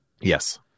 Yes